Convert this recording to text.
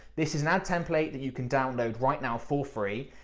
this is an ad template that you can download right now for free.